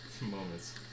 Moments